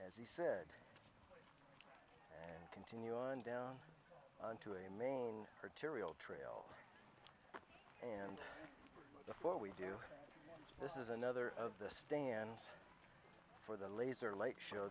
he said and continue on down onto a main arterial trail and before we do this is another of the stands for the laser light show